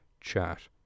chat